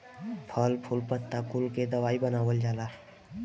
फल फूल पत्ता कुल के दवाई बनावल जाला